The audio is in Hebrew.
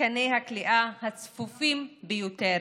מתקני הכליאה הצפופים ביותר.